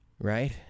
Right